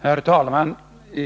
Herr talman!